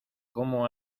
como